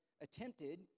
attempted